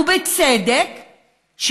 ובצדק,